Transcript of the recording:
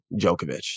Djokovic